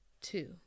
Two